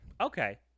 Okay